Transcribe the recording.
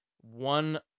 one